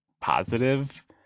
positive